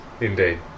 indeed